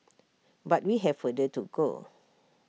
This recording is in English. but we have further to go